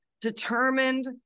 determined